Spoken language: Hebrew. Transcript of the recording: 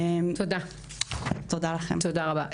תודה רבה.